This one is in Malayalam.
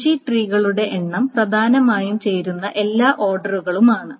ബുഷി ട്രീകളുടെ എണ്ണം പ്രധാനമായും ചേരുന്ന എല്ലാ ഓർഡറുകളുമാണ്